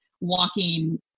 walking